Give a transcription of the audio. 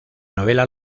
novela